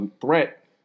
threat